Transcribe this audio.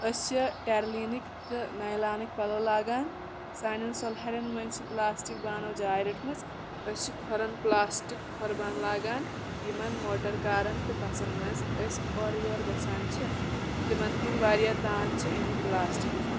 أسۍ چھِ ٹیرلیٖنٕکۍ تہٕ نایلانٕکۍ پَلَو لاگان سانٮ۪ن سُلہَرٮ۪ن منٛز چھِ پٕلاسٹِک بانو جاے رٔٹمٕژ أسۍ چھِ کھۄرَن پٕلاسٹِک کھۄربان لاگان یِمَن موٹَر کارَن تہٕ بَسَن منٛز أسۍ اورٕ یورٕ گژھان چھِ تِمَن ہِنٛد واریاہ تان چھِ اَمی پٕلاسٹِکٕکۍ